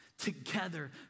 Together